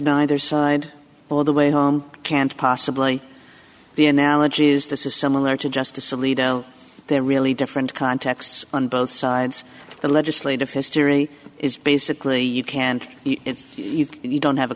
neither side all the way home can't possibly the analogy is this is similar to justice alito there are really different contexts on both sides the legislative history is basically you can't if you don't have a